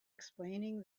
explaining